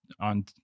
on